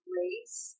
race